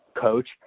coach